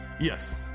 yes